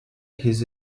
his